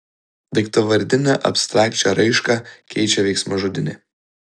daiktavardinę abstrakčią raišką keičia veiksmažodinė